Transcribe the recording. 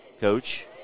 Coach